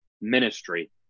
ministry